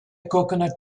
coconut